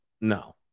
No